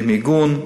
במיגון.